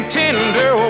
tender